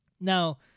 Now